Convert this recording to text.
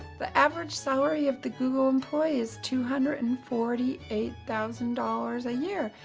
the average salary of the google employee is two hundred and forty eight thousand dollars a year.